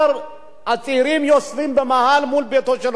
הצעירים יושבים במאהל מול ביתו של ראש הממשלה.